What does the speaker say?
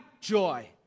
joy